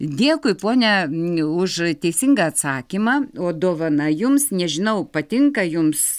dėkui pone už teisingą atsakymą o dovana jums nežinau patinka jums